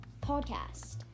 podcast